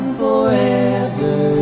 forever